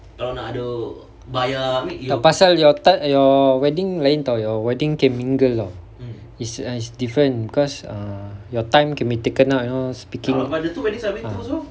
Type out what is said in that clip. pasal your wedding lain [tau] your wedding can mingle is a is different cause err your time can be taken ah you know speaking ah